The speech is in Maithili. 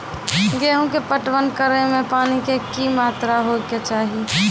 गेहूँ के पटवन करै मे पानी के कि मात्रा होय केचाही?